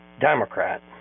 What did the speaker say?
Democrat